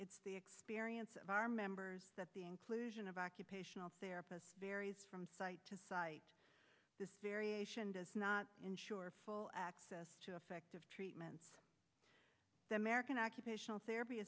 it's the experience of our members that the inclusion of occupational therapist varies from site to site this variation does not ensure full access to effective treatments the american occupational therapy